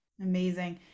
Amazing